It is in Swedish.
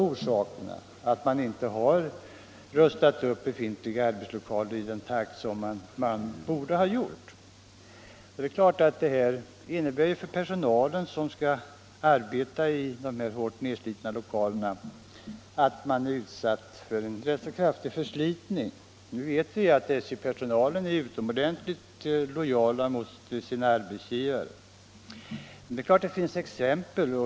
Man har inte hunnit rusta upp befintliga arbetslokaler i den takt som varit önskvärd. Den personal som skall arbeta i de hårt nedslitna lokalerna är utsatt för påfrestningar. Emellertid vet vi att SJ-personalen är utomordentligt lojal mot sin arbetsgivare.